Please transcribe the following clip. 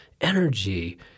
energy